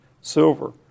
Silver